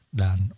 dan